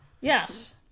Yes